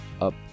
up